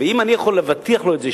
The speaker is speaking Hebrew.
ואם אני יכול להבטיח לו את זה,